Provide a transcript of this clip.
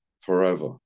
forever